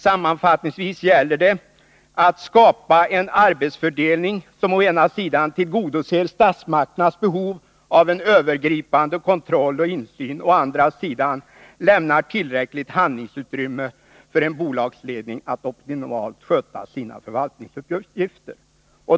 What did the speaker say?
Sammanfattningsvis gäller det att skapa en arbetsfördelning, som å ena sidan tillgodoser statsmakternas behov av en övergripande kontroll och insyn och å andra sidan lämnar tillräckligt handlingsutrymme för en bolagsledning att optimalt sköta sina förvaltningsuppgifter.